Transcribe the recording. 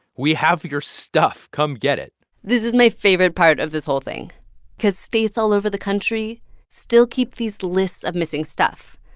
we have your stuff. come get it this is my favorite part of this whole thing because states all over the country still keep these lists of missing stuff,